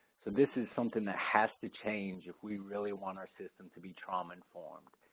so this is something that has to change if we really want our system to be trauma-informed.